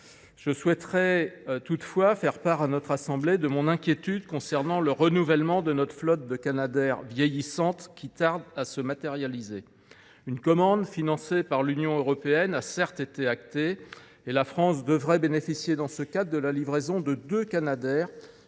Je souhaiterais toutefois faire part à la Haute Assemblée de mon inquiétude concernant le renouvellement de notre flotte vieillissante de canadairs, qui tarde à se matérialiser. Une commande financée par l’Union européenne a, certes, été actée, et la France devrait bénéficier dans ce cadre de la livraison de deux canadairs,